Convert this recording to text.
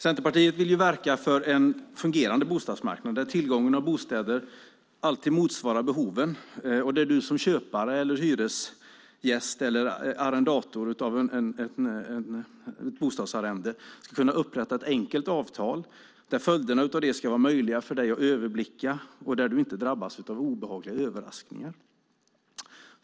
Centerpartiet vill verka för en fungerande bostadsmarknad där tillgången till bostäder alltid motsvarar behoven och där du som köpare eller hyresgäst, eller arrendator av ett bostadsarrende, ska kunna upprätta ett enkelt avtal. Följderna av det ska vara möjliga att överblicka och du ska inte behöva drabbas av obehagliga överraskningar.